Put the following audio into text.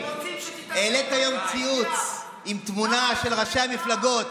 העלית היום ציוץ עם תמונה של ראשי המפלגות: